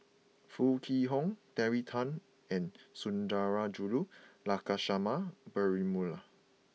Foo Kwee Horng Terry Tan and Sundarajulu Lakshmana Perumal